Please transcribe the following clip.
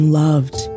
loved